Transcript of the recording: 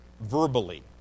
verbally